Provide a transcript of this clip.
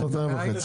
שנתיים וחצי,